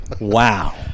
Wow